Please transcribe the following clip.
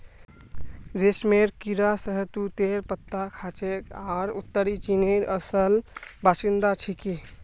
रेशमेर कीड़ा शहतूतेर पत्ता खाछेक आर उत्तरी चीनेर असल बाशिंदा छिके